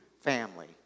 family